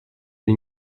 для